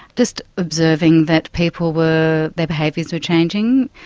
just observing that people were, their behaviours were changing.